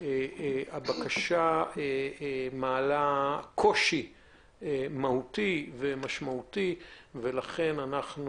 הבקשה מעלה קושי מהותי ומשמעותי ולכן אנחנו